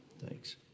Thanks